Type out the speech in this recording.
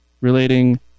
relating